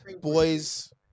boys